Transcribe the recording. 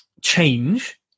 change